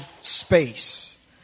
space